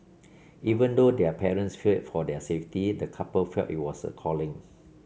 even though their parents feared for their safety the couple felt it was a calling